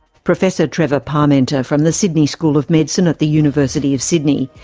professor trevor parmenter from the sydney school of medicine at the university of sydney.